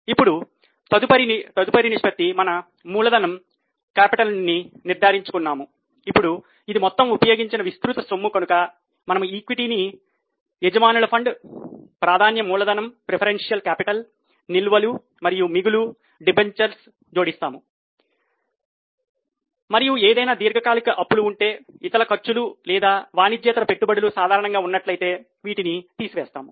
ఇప్పుడు తదుపరిది మన మూలధనం నిల్వలు మరియు మిగులు డిబెంచర్లు జోడిస్తున్నాము మరియు ఏదైనా దీర్ఘకాలిక అప్పులు ఉంటే ఇతర ఖర్చులు లేదా వాణిజ్యేతర పెట్టుబడులు సాధారణంగా ఉన్నట్లయితే వీటిని తీసి వేస్తాము